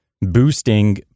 boosting